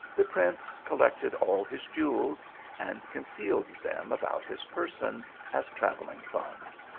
the prince collected all his jewels and concealed them about his person as travelling funds.